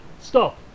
stop